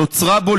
נוצרה בו,